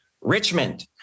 Richmond